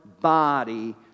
body